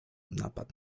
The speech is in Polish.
napad